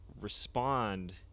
respond